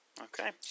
Okay